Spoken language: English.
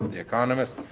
the economist,